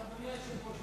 היושב-ראש.